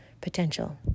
potential